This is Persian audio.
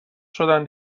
شدن